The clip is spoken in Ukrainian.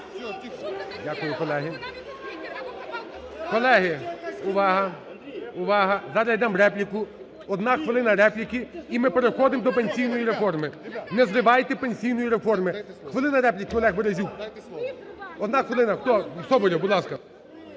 Дякую, колеги. Колеги, увага, увага! Зараз дам репліку. Одна хвилина репліки, і ми переходимо до пенсійної реформи. Не зривайте пенсійної реформи. Хвилина репліки, Олег Березюк. Одна хвилина. Хто? Соболєв, будь ласка.